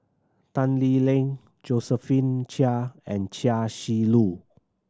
Tan Lee Leng Josephine Chia and Chia Shi Lu